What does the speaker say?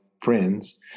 friends